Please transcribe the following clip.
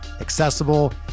accessible